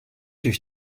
durch